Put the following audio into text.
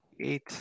eight